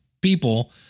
people